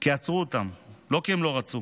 כי עצרו אותם, לא כי הם לא רצו.